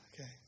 okay